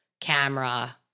camera